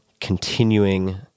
continuing